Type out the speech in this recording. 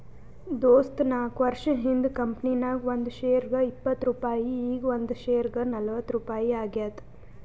ದೋಸ್ತ ನಾಕ್ವರ್ಷ ಹಿಂದ್ ಕಂಪನಿ ನಾಗ್ ಒಂದ್ ಶೇರ್ಗ ಇಪ್ಪತ್ ರುಪಾಯಿ ಈಗ್ ಒಂದ್ ಶೇರ್ಗ ನಲ್ವತ್ ರುಪಾಯಿ ಆಗ್ಯಾದ್